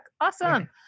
Awesome